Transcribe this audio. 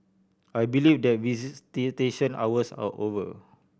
I believe that visitation hours are over